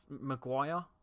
Maguire